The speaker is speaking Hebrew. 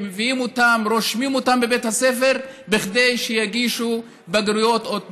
רושמים אותם בבית הספר כדי שייגשו לבגרויות עוד פעם.